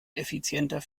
effizienter